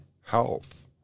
health